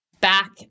back